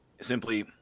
simply